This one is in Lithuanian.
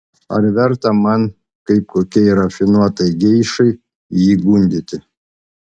ar verta man kaip kokiai rafinuotai geišai jį gundyti